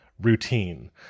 routine